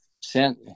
sent